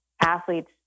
athletes